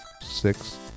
six